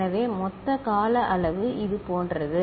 எனவே மொத்த கால அளவு இது போன்றது